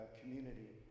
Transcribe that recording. community